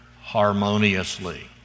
harmoniously